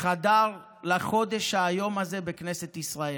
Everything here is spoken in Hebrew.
חדר לחודש האיום הזה בכנסת ישראל.